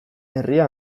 herria